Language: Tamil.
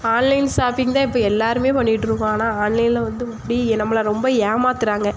ஆன்லைன் ஷாப்பிங் தான் இப்போ எல்லாருமே பண்ணிகிட்டு இருக்கோம் ஆனால் ஆன்லைனில் வந்து இப்படி நம்மளை ரொம்ப ஏமாத்துறாங்க